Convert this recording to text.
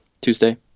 Tuesday